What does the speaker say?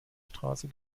straße